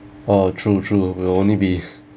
oh true true will only be